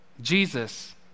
Jesus